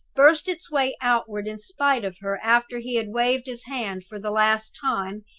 burst its way outward in spite of her after he had waved his hand for the last time,